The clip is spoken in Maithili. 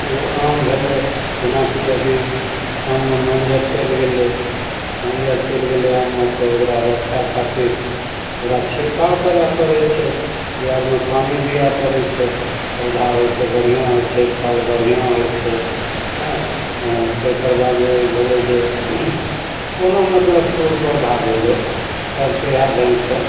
ओ आम भेलय जेनाकी अभी आममे मञ्जर चलि गेलय मञ्जर चलि गेलय आममे तऽ ओकरा रखय खातिर ओकरा छिड़काव करऽ पड़य छै जड़िमे पानि दिय पड़य छै पौधा ओइसँ बढ़िआँ होइ छै फल बढ़िआँ होइ छै हँ तकर बाद जे गेलय जे कोनो मतलब फूल पौधा भेलय सभके इएहे ढङ्गसँ